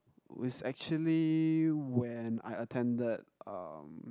was actually when I attended um